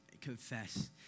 Confess